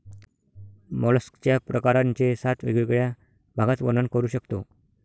मॉलस्कच्या प्रकारांचे सात वेगवेगळ्या भागात वर्णन करू शकतो